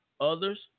others